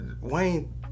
Wayne